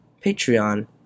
Patreon